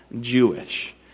Jewish